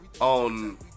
on